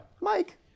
Mike